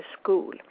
school